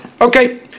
okay